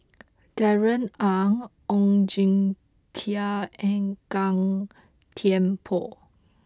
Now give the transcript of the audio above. Darrell Ang Oon Jin Teik and Gan Thiam Poh